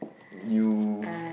you